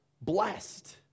blessed